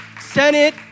Senate